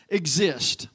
exist